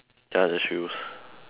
ya the shoes